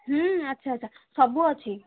ଆଚ୍ଛା ଆଚ୍ଛା ସବୁ ଅଛି